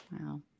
Wow